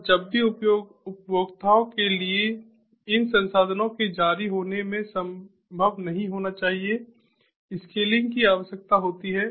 और जब भी उपभोक्ताओं के लिए इन संसाधनों के जारी होने से संभव नहीं होना चाहिए स्केलिंग की आवश्यकता होती है